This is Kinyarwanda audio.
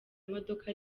imodoka